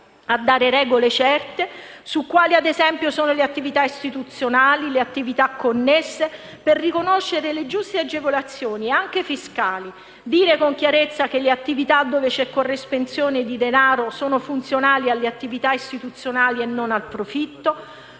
a dare regole certe su quali - ad esempio - sono le attività istituzionali e quelle connesse, per riconoscere le giuste agevolazioni anche fiscali; dire con chiarezza che le attività dove c'è corresponsione di denaro sono funzionali alle attività istituzionali e non al profitto.